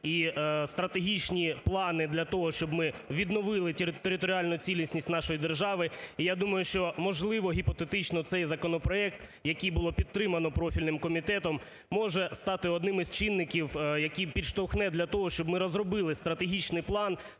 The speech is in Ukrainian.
і стратегічні плани для того, щоб ми відновили територіальну цілісність нашої держави. І я думаю, що, можливо, гіпотетично цей законопроект, який було підтримано профільним комітетом, може стати одним із чинників, який підштовхне для того, щоб ми розробили стратегічний план